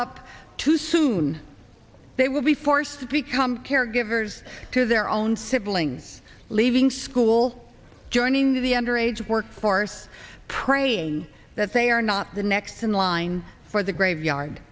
up too soon they will be forced to become caregivers to their own siblings leaving school joining the under age workforce praying that they are not the next in line for the graveyard